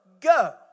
go